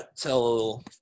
tell